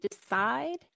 decide